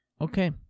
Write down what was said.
okay